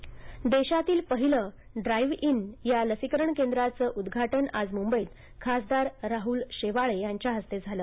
drive in हे लसीकरण देशातील पहिलं ड्राइव्ह इन या लसीकरण केंद्राचं उद्घाटन आज मुंबईत खासदार राहुल शेवाळे यांच्या हस्ते झालं